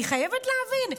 אני חייבת להבין,